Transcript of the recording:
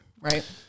Right